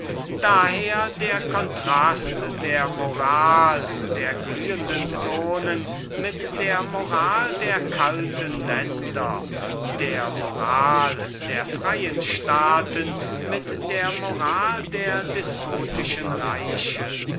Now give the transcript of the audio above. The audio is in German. daher der kontrast der moral der glühenden zonen mit der moral der kalten länder der moral der freien staaten mit der moral der despotischen reiche